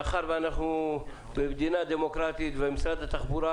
מאחר ואנחנו במדינה דמוקרטית ומשרד התחבורה